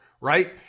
right